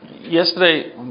Yesterday